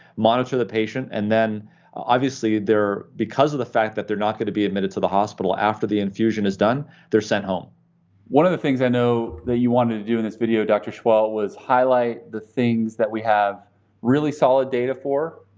monitor the patient, and then obviously they're because of the fact that they're not going to be admitted to the hospital after the infusion is done they're sent home. kyle one of the things i know that you wanted to do in this video, dr. seheult, was highlight the things that we have really solid data for,